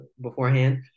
beforehand